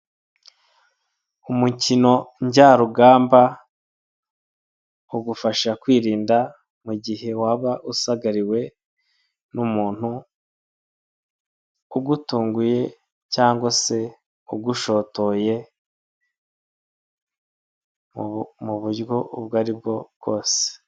Umukino njyarugamba ugufasha kwirinda mu gihe waba usagariwe n'umuntu ugutunguye cyangwa se ugushotoye mu buryo ubwo aribwo bwose.